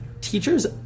Teachers